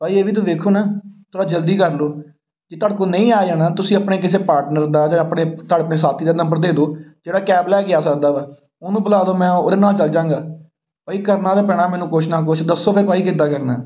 ਭਾਅ ਜੀ ਇਹ ਵੀ ਤੁਸੀਂ ਦੇਖੋ ਨਾ ਥੋੜ੍ਹਾ ਜਲਦੀ ਕਰ ਲਉ ਜੇ ਤੁਹਾਡੇ ਕੋਲ ਨਹੀਂ ਆਇਆ ਜਾਣਾ ਤੁਸੀਂ ਆਪਣੇ ਕਿਸੇ ਪਾਰਟਨਰ ਦਾ ਜਾਂ ਆਪਣੇ ਤੁਹਾਡੇ ਆਪਣੇ ਸਾਥੀ ਦਾ ਨੰਬਰ ਦੇ ਦਿਉ ਜਿਹੜਾ ਕੈਬ ਲੈ ਕੇ ਆ ਸਕਦਾ ਹਾਂ ਉਹਨੂੰ ਬੁਲਾ ਦਿਉ ਮੈਂ ਉਹਦੇ ਨਾਲ ਚੱਲ ਜਾਂਗਾ ਭਾਅ ਜੀ ਕਰਨਾ ਤਾਂ ਪੈਣਾ ਮੈਨੂੰ ਕੁਛ ਨਾ ਕੁਛ ਦੱਸੋ ਫਿਰ ਭਾਅ ਜੀ ਕਿੱਦਾਂ ਕਰਨਾ